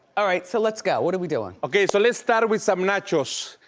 all right, so let's go. what are we doing? okay, so let's start with some naturals.